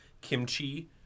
kimchi